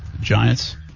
Giants